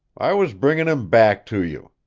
i was bringin' him back to you.